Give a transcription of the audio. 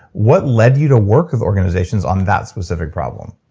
what led you to work with organizations on that specific problem?